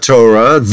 Torah